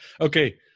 Okay